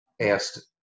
asked